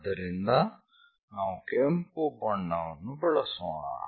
ಆದ್ದರಿಂದ ನಾವು ಕೆಂಪು ಬಣ್ಣವನ್ನು ಬಳಸೋಣ